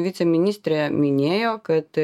viceministrė minėjo kad